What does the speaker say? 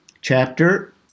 chapter